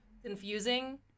confusing